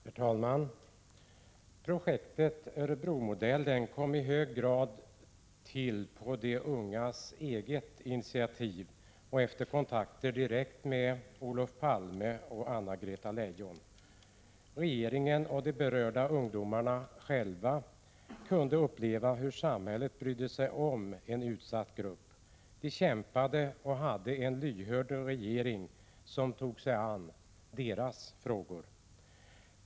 Herr talman! Projektet Örebromodellen kom i hög grad till på de ungas eget initiativ och efter kontakter direkt med Olof Palme och Anna-Greta Leijon. Regeringen och de berörda ungdomarna själva kunde uppleva hur samhället brydde sig om en utsatt grupp. De kämpade och hade en lyhörd regering som tog sig an deras frågor.